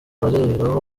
bareberaho